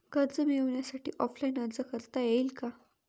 कर्ज मिळण्यासाठी ऑफलाईन अर्ज करता येईल का?